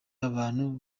abantu